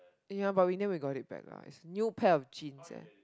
ya but in the end we got it back lah is new pair of jeans eh